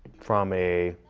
from a